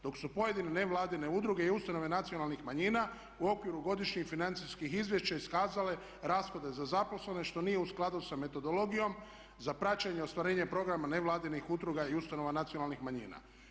Dok su pojedine nevladine udruge i ustanove nacionalnih manjina u okviru godišnjih i financijskih izvješća iskazale rashode za zaposlene što nije u skladu sa metodologijom za praćenje i ostvarenje programa nevladinih udruga i ustanova nacionalnih manjina.